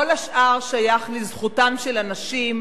כל השאר שייך לזכותם של אנשים,